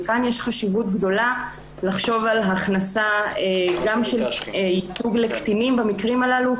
וכאן יש חשיבות גדולה לחשוב על הכנסה גם של ייצוג לקטינים במקרים הללו,